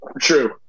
True